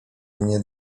mnie